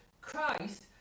Christ